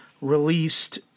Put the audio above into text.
released